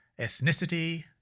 ethnicity